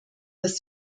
dass